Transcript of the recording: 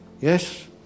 Yes